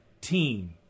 team